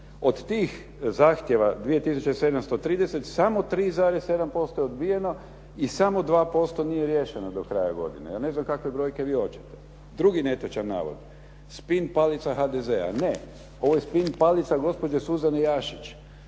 Od tih zahtjeva 2730 samo 3,7% je odbijeno i samo 2% nije riješeno do kraja godine. Ja ne znam kakve brojke vi hoćete. Drugi netočan navod. Spin palica HDZ-a. Ne, ovo je spin palica gospođe Suzane Jašić